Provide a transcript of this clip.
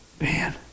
man